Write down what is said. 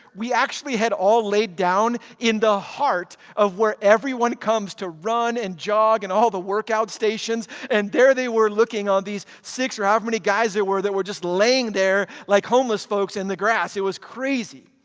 we actually had all laid down in the heart of where everyone comes to run and jog and all the workout stations and there they were looking on these six or however many guys that were that were just laying there, like homeless folks in the grass. it was crazy.